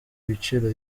ibiciro